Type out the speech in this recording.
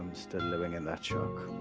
still living in that shock.